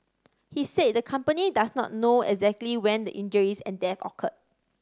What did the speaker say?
he said the company does not know exactly when the injuries and death occurred